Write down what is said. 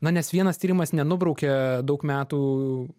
na nes vienas tyrimas nenubraukia daug metų